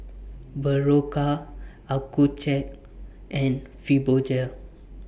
Berocca Accucheck and Fibogel